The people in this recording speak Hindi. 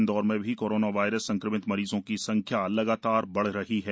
इंदौर में भी कोरोना वायरस संक्रमित मरीजों की संख्या लगातार बढ़ रही है